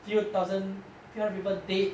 few thousand few hundred people dead